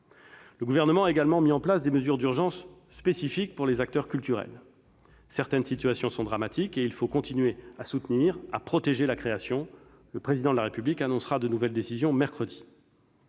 Le Gouvernement a également mis en place des mesures d'urgence spécifiques pour les acteurs culturels. Certaines situations sont dramatiques, et il faut continuer à soutenir et à protéger la création. Le Président de la République annoncera de nouvelles décisions mercredi.